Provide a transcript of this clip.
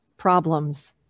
Problems